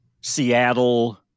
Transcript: Seattle